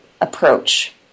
approach